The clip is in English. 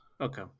okay